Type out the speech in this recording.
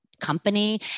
company